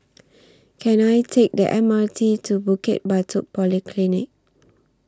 Can I Take The M R T to Bukit Batok Polyclinic